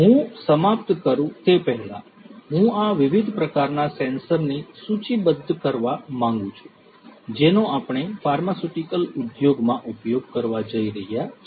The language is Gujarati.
હું સમાપ્ત કરું તે પહેલાં હું આ વિવિધ પ્રકારના સેન્સરની સૂચિબદ્ધ કરવા માંગુ છું જેનો આપણે ફાર્માસ્યુટિકલ ઉદ્યોગ માં ઉપયોગ કરવા જઈ રહ્યા છીએ